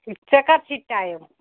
ژےٚ کَر چھُے ٹایم